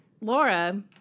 Laura